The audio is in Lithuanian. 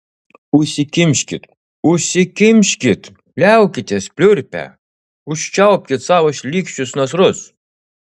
užsikimškit užsikimškit liaukitės pliurpę užčiaupkit savo šlykščius nasrus